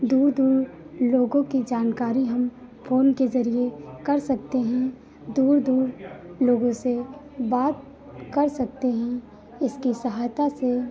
दूर दूर लोगों की जानकारी हम फ़ोन के ज़रिये हम कर सकते हैं दूर दूर लोगों से बात कर सकते हैं इसकी सहायता से